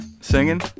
singing